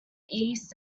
east